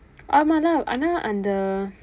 ஆமாம்:aamaam lah ஆனா அந்த:aanaa andtha